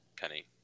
Penny